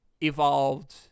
evolved